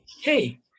Hey